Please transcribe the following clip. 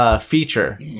feature